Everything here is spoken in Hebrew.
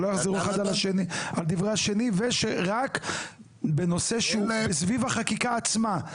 שלא יחזרו אחד על דברי השני ושרק בנושא שהוא סביב החקיקה עצמה,